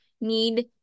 need